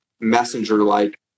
messenger-like